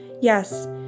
yes